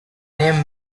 name